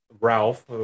Ralph